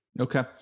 Okay